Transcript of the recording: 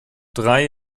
drei